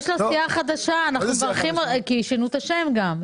יש לו סיעה חדשה, אנחנו מברכים, שינו את השם גם.